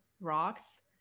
rocks